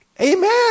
Amen